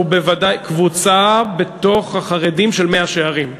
קבוצה בתוך החרדים של מאה-שערים.